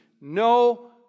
No